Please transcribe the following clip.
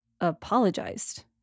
Apologized